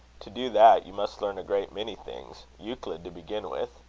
to do that, you must learn a great many things euclid to begin with.